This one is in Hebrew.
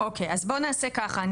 אוקי אז בואו נעשה ככה,